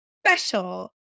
special